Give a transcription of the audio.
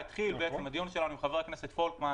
הדיון שלנו עם חבר הכנסת פולקמן